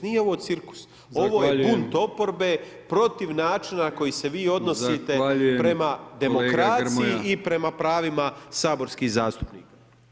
Nije ovo cirkus [[Upadica Brkić: Zahvaljujem.]] Ovo je bunt oporbe protiv načina na koji se vi odnosite [[Upadica Brkić: Zahvaljujem kolega Grmoja.]] Prema demokraciji i prema pravima saborskih zastupnika.